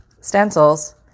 stencils